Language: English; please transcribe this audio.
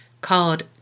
called